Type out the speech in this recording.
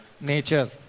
nature